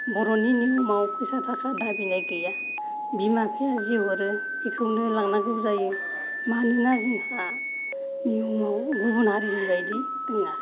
बर'नि निय'माव फैसा थाखा दाबि खालामनाय गैया बिमा बिफाया जेखिनि हरो बेखौनो लांनांगौ जायो मानोना जोंहा निय'माव गुबुन हारिनि बायदि नङा